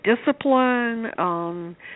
discipline